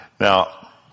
Now